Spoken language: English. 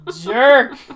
jerk